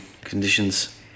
conditions